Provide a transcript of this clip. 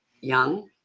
young